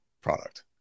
product